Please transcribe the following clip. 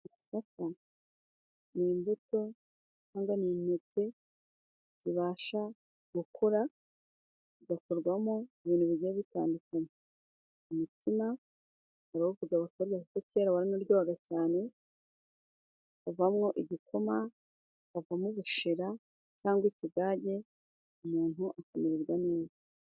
Amasaka ni imbuto cyangwa ni intete zibasha gukura, zigakorwamo ibintu bigiye bitandukanye. Umutsima urawuvuga baka kuko kera waranaryoga cyane. Havamwo igikoma, hakavamo ubushera cyangwa ikigage umuntu akamererwa neza.